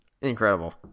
Incredible